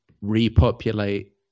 repopulate